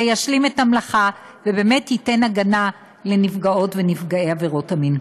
זה ישלים את המלאכה ובאמת ייתן הגנה לנפגעות ולנפגעי עבירות המין.